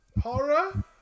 horror